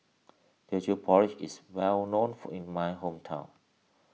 Teochew Porridge is well known in my hometown